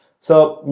so, you